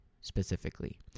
specifically